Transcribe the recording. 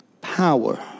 power